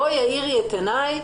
בואי האירי את פניי,